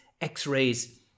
x-rays